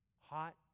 Hot